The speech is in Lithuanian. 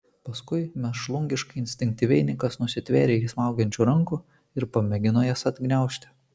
paskui mėšlungiškai instinktyviai nikas nusitvėrė jį smaugiančių rankų ir pamėgino jas atgniaužti